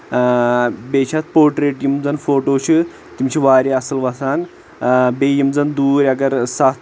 اں بییٚہِ چھِ اتھ پوٹریٹ یِم زَن فوٹو چھِ تِم چھِ واریاہ اصٕل وتھان آ بییٚہِ یِم زَن دوٗر اگر ستھ